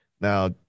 Now